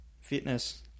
fitness